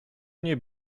nie